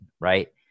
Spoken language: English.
right